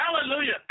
Hallelujah